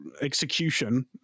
execution